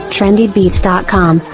Trendybeats.com